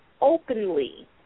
openly